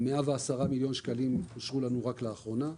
110 מיליון שקל אישרו לנו רק לאחרונה.